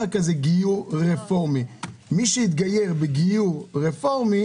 מי שהתגייר בגיור רפורמי,